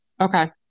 Okay